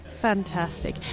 Fantastic